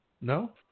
No